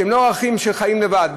שהם לא ערכים שחיים לבד,